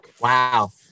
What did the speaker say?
wow